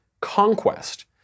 conquest